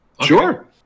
sure